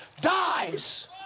dies